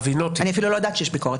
אני אפילו לא יודעת שיש ביקורת.